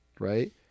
right